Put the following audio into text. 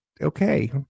okay